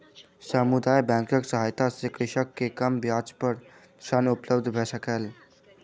समुदाय बैंकक सहायता सॅ कृषक के कम ब्याज पर ऋण उपलब्ध भ सकलै